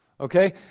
Okay